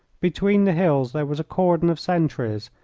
between the hills there was a cordon of sentries,